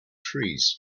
trees